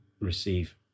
Receive